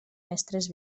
mestres